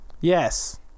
Yes